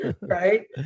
right